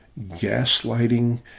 gaslighting